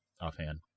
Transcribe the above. offhand